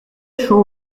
chaud